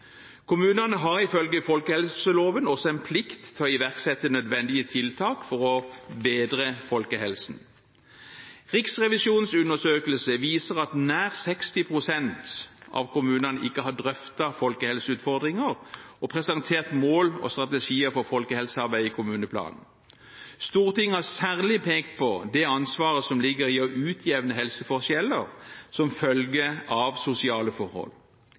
Kommunene har ifølge folkehelseloven også en plikt til å iverksette nødvendige tiltak for å bedre folkehelsen. Riksrevisjonens undersøkelse viser at nær 60 pst. av kommunene ikke har drøftet folkehelseutfordringer og presentert mål og strategier for folkehelsearbeidet i kommuneplanen. Stortinget har særlig pekt på det ansvaret som ligger i å utjevne helseforskjeller som følger av sosiale forhold.